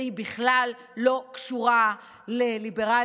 והיא בכלל לא קשורה לליברליות,